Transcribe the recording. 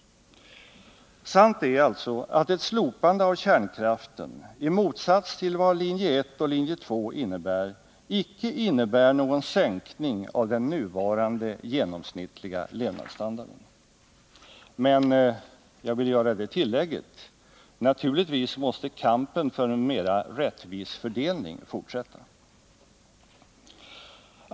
Sant är således att ett slopande av kärnkraften, i motsats till vad linje 1 och linje 2 innebär, inte skulle medföra någon sänkning av den nuvarande genomsnittliga levnadsstandarden. Men jag vill göra det tillägget att kampen för en mera rättvis fördelning naturligtvis måste fortsätta.